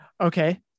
Okay